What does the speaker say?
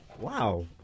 Wow